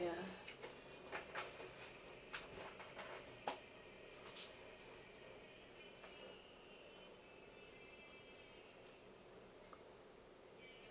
ya